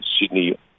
Sydney